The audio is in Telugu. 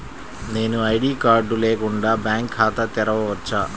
నేను ఐ.డీ కార్డు లేకుండా బ్యాంక్ ఖాతా తెరవచ్చా?